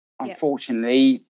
unfortunately